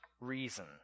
reason